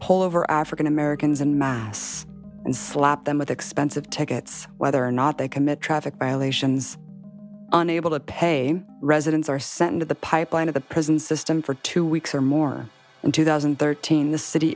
pull over african americans in mass and slap them with expensive tickets whether or not they commit traffic violations unable to pay residents are sent into the pipe line of the prison system for two weeks or more in two thousand and thirteen the city